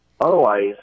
Otherwise